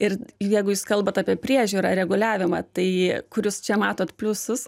ir jeigu jūs kalbat apie priežiūrą reguliavimą tai kur jūs čia matot pliusus